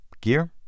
gear